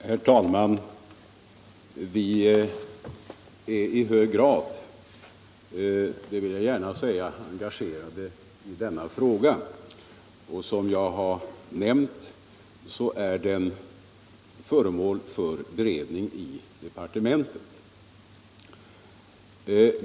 Herr talman! Vi är i hög grad engagerade i denna fråga, och som jag har nämnt är den föremål för beredning i departementet.